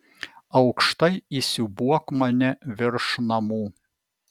aukštai įsiūbuok mane virš namų